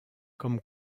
comme